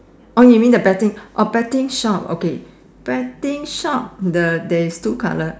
oh you mean the betting oh betting shop okay betting shop the there is two colour